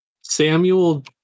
Samuel